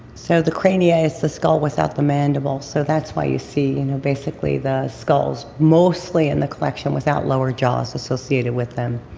so the ah is the skull without the mandible, so that's why you see, you know basically, the skulls mostly in the collection without lower jaws associated with them.